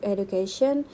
Education